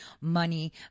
money